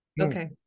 Okay